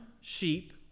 sheep